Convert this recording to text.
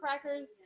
crackers